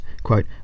Quote